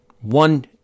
One